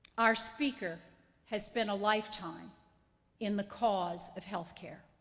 our speaker has spent a lifetime in the cause of healthcare.